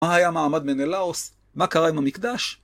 מה היה מעמד מנלאוס? מה קרה עם המקדש?